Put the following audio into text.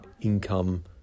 income